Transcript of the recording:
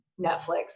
Netflix